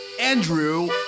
Andrew